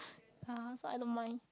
yeah so I don't mind